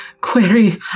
query